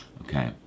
okay